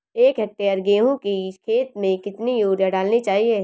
एक हेक्टेयर गेहूँ की खेत में कितनी यूरिया डालनी चाहिए?